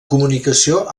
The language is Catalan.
comunicació